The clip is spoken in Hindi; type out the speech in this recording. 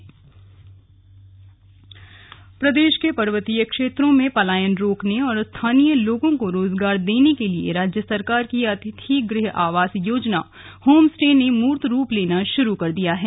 होम स्टे प्रदेश के पर्वतीय क्षेत्रों में पलायन रोकने और स्थानीय लोगों को रोजगार देने के लिए राज्य सरकार की अतिथि गृह आवास योजना होम स्टे ने मूर्त रूप लेना शुरू कर दिया है